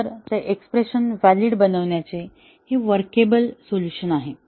तर ते expression valid बनवण्याचे हे वर्केबल सोल्युशन आहे